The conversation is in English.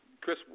Chris